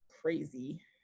crazy